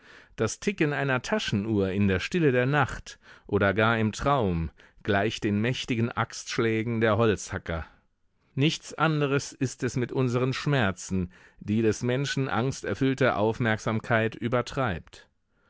das ticken einer taschenuhr in der stille der nacht oder gar im traum gleicht den mächtigen axtschlägen der holzhacker nicht anders ist es mit unseren schmerzen die des menschen angsterfüllte aufmerksamkeit übertreibt